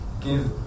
give